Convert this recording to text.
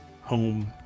home